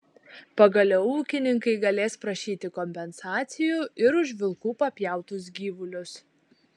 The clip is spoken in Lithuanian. pagaliau ūkininkai galės prašyti kompensacijų ir už vilkų papjautus gyvulius